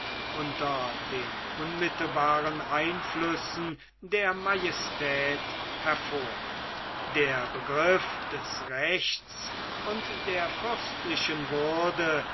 unter den unmittelbaren einflüssen der majestät hervor der begriff des rechts und der fürstlichen würde